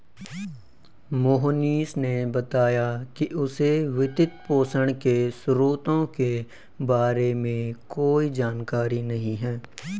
मोहनीश ने बताया कि उसे वित्तपोषण के स्रोतों के बारे में कोई जानकारी नही है